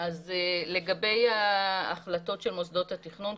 לגבי ההחלטות של מוסדות התכנון,